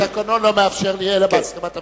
התקנון לא מאפשר לי אלא בהסכמת הממשלה.